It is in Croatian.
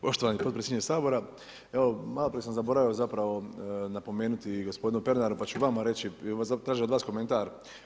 Poštovani potpredsjedniče Sabora, evo maloprije sam zaboravio zapravo napomenuti gospodinu Pernaru pa ću vama reći, tražit od vas komentar.